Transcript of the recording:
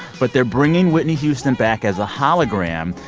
but they're bringing whitney houston back as a hologram,